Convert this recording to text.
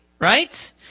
right